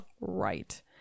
Right